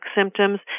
symptoms